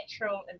natural